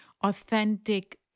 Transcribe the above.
authentic